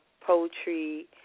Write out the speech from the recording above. poetry